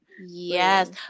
yes